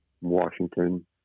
Washington